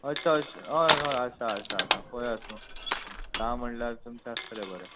अच्छा अच्छा हय हय आसा आसा आसा पया न्हू जा म्हणल्यार तुमचें आसतलें बरें